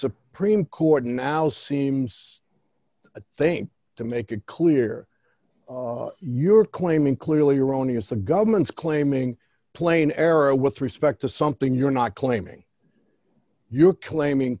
supreme court now seems to think to make it clear you're claiming clearly erroneous the government's claiming plain error with respect to something you're not claiming you're claiming